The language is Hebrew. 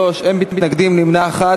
73 בעד, אין מתנגדים, נמנע אחד.